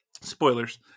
spoilers